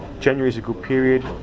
january is a good period,